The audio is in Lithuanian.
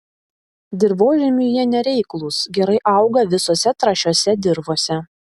dirvožemiui jie nereiklūs gerai auga visose trąšiose dirvose